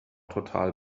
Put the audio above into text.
total